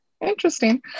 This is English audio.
interesting